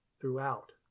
throughout